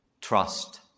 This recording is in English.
trust